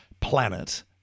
planet